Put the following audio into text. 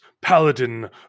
Paladin